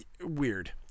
Weird